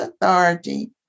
authority